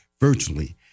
virtually